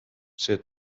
see